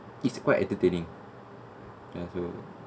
it's quite entertaining ya so